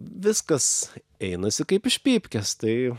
viskas einasi kaip iš pypkės tai